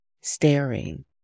staring